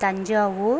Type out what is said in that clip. Thanjavur